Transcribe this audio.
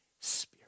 spirit